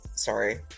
Sorry